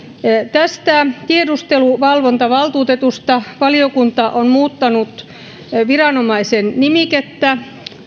tästä tiedusteluvalvontavaltuutetusta valiokunta on muuttanut viranomaisen nimikettä